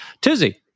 Tizzy